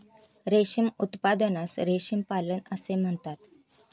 रेशीम उत्पादनास रेशीम पालन असे म्हणतात